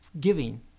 giving